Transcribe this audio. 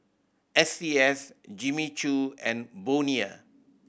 S C S Jimmy Choo and Bonia